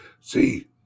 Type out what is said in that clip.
See